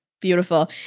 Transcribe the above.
beautiful